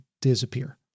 disappear